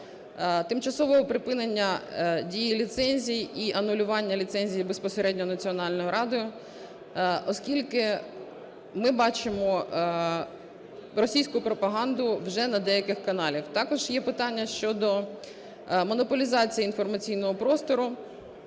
тимчасового припинення дії ліцензій і анулювання ліцензій безпосередньо Національною радою, оскільки ми бачимо російську пропаганду вже на деяких каналах. Також є питання щодо монополізації інформаційного простору,